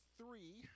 three